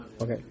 Okay